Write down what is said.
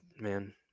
man